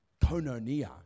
kononia